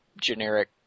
generic